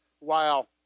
Wow